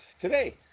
today